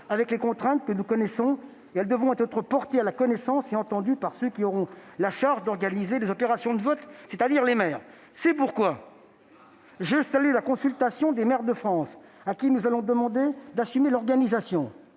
avec les contraintes que nous connaissons : celles-ci devront être portées à la connaissance de ceux qui seront chargés d'organiser les opérations de vote, c'est-à-dire les maires. C'est pourquoi je salue la consultation des maires de France, auxquels nous allons demander d'assumer l'organisation